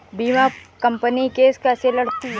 बीमा company case कैसे लड़ती है?